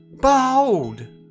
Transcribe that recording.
behold